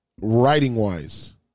writing-wise